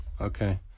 Okay